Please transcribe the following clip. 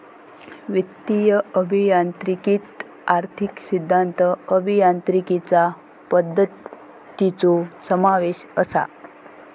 वित्तीय अभियांत्रिकीत आर्थिक सिद्धांत, अभियांत्रिकीचा पद्धतींचो समावेश असा